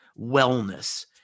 wellness